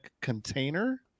container